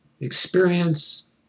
experience